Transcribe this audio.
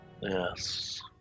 Yes